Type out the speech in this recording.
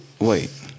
wait